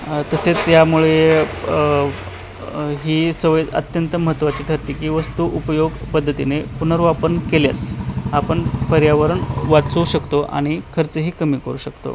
तसेच यामुळे ही सवय अत्यंत महत्त्वाची ठरते की वस्तू उपयोग पद्धतीने पुनर्वापन केल्यास आपण पर्यावरण वाचवू शकतो आणि खर्चही कमी करू शकतो